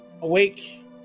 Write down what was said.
awake